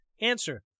Answer